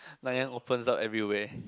Nanyang opens up everywhere